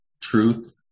truth